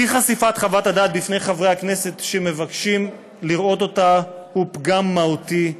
אי-חשיפת חוות הדעת בפני חברי הכנסת שמבקשים לראות אותה היא פגם מהותי.